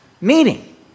Meaning